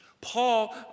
Paul